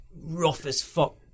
rough-as-fuck